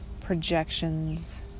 projections